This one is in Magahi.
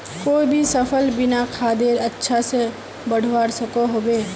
कोई भी सफल बिना खादेर अच्छा से बढ़वार सकोहो होबे?